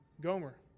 Gomer